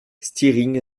stiring